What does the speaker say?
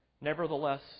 Nevertheless